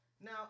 now